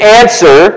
answer